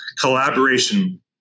collaboration